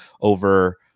over